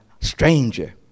stranger